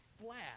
flat